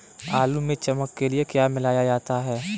आलू में चमक के लिए क्या मिलाया जाता है?